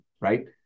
Right